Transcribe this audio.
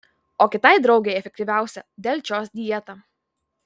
o kitai draugei efektyviausia delčios dieta